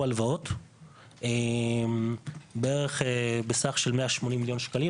הלוואות בערך בסך של 180 מיליון שקלים.